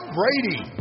Brady